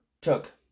took